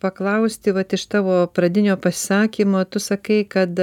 paklausti vat iš tavo pradinio pasisakymo tu sakai kad